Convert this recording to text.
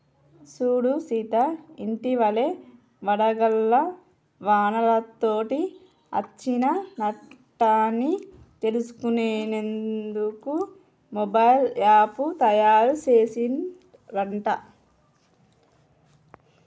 సూడు సీత ఇటివలే వడగళ్ల వానతోటి అచ్చిన నట్టన్ని తెలుసుకునేందుకు మొబైల్ యాప్ను తాయారు సెసిన్ రట